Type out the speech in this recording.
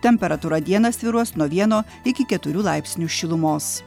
temperatūra dieną svyruos nuo vieno iki keturių laipsnių šilumos